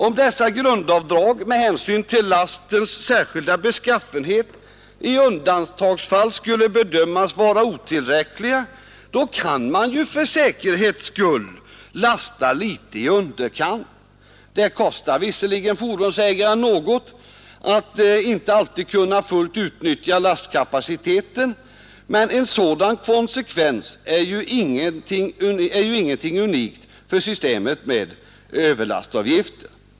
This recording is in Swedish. Om dessa grundavdrag med hänsyn till lastens särskilda beskaffenhet skulle bedömas vara otillräckliga, kan man för säkerhets skull lasta litet i underkant. Det kostar visserligen fordonsägaren något att inte alltid kunna fullt utnyttja lastkapaciteten, men en sådan konsekvens är ingenting unikt för systemet med överlastavgifter.